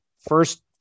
First